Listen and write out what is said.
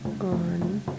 on